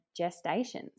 gestations